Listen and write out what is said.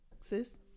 sis